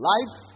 Life